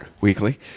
weekly